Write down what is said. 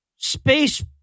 space